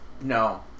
no